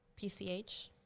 PCH